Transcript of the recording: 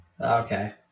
Okay